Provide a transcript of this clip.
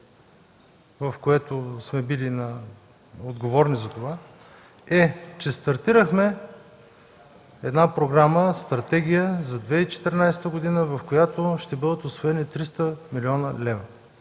в което сме били отговорни за това, е, че стартирахме програма „Стратегия за 2014 г.”, в която ще бъдат усвоени 300 млн. лв.